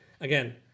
again